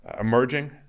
emerging